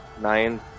nine